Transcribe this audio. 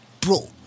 bro